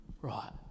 right